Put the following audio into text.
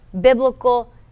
biblical